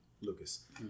Lucas